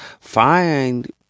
Find